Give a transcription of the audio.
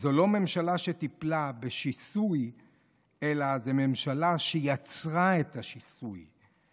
זאת לא ממשלה שטיפלה בשיסוי אלא זאת ממשלה שיצרה את השיסוי.